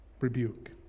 Rebuke